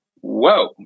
whoa